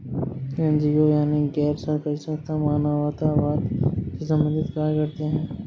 NGO यानी गैर सरकारी संस्थान मानवतावाद से संबंधित कार्य करते हैं